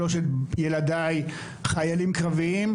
שלושת ילדיי חיילים קרביים,